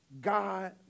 God